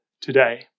today